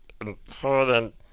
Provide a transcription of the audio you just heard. important